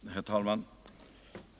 Herr talman!